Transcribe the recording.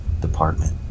department